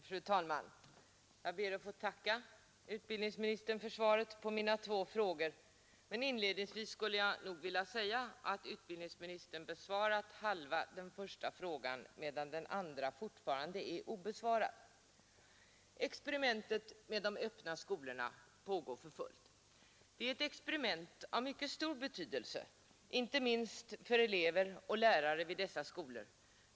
Fru talman! Jag ber att få tacka utbildningsministern för svaret på mina två frågor. Inledningsvis skulle jag nog vilja säga att utbildningsministern besvarat halva den första frågan, medan den andra fortfarande är obesvarad. Experimentet med de öppna skolorna pågår för fullt. Det ä experiment av mycket stor betydelse, inte minst för elever och dessa skolor.